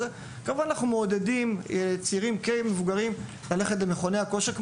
אנחנו מעודדים צעירים כמבוגרים ללכת למכוני הכושר חוגים,